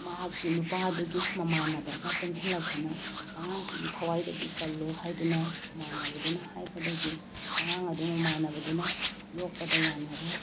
ꯃꯍꯥꯛꯀꯤ ꯅꯨꯄꯥꯗꯨꯒꯤ ꯃꯃꯥꯟꯅꯕꯅ ꯆꯦꯟꯁꯤꯜꯂꯛꯇꯨꯅ ꯑꯉꯥꯡꯁꯤꯒꯤ ꯊꯋꯥꯏꯗꯗꯤ ꯀꯜꯂꯨ ꯍꯥꯏꯗꯨꯅ ꯃꯃꯥꯟꯅꯕꯗꯨꯅ ꯍꯥꯏꯕꯗꯒꯤ ꯑꯉꯥꯡ ꯑꯗꯨ ꯃꯃꯥꯟꯅꯕꯗꯨꯅ ꯌꯣꯛꯄꯗ ꯌꯥꯅꯔꯦ